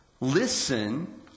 Listen